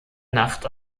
nacht